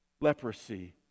leprosy